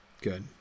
Good